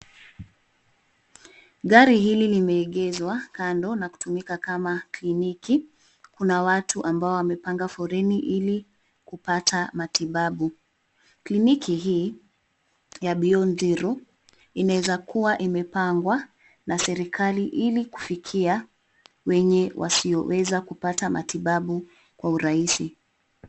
Gari hili limeegezwa kando na kutumika kama kliniki, kuna watu ambao wamepanga foleni ili kupata matibabu. Kliniki hii ya Beyond Zero inaweza kuwa imepangwa na serikali ili kufikia wenye wasioweza kupata matibabu kwa urahisi.